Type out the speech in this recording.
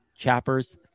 chappers